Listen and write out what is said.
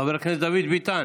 חבר הכנסת דוד ביטן,